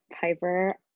Piper